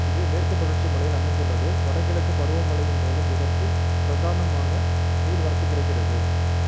இது மேற்குத் தொடர்ச்சி மலையில் அமைந்துள்ளது வடகிழக்குப் பருவமழையின் மூலம் இதற்குப் பிரதானமாக நீர் வரத்து கிடைக்கிறது